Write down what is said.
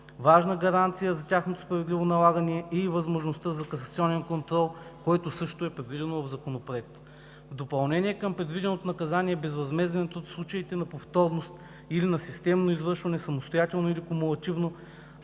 Важна гаранция за тяхното справедливо налагане е и възможността за касационен контрол, което също е предвидено в Законопроекта. В допълнение към предвиденото наказание „безвъзмезден труд“ в случаите на повторност или на системно извършване самостоятелно или кумулативно